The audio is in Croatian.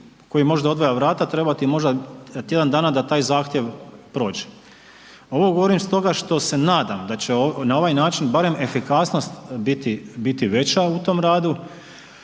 koji možda odvaja vrata, trebati možda tjedan dana da taj zahtjev prođe. Ovo govorim stoga što se nadam da će na ovaj način barem efikasnost biti, biti veća u tom radu